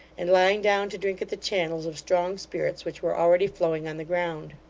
and lying down to drink at the channels of strong spirits which were already flowing on the ground.